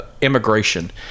immigration